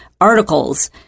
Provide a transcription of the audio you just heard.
articles